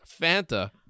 Fanta